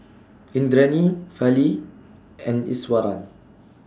Indranee Fali and Iswaran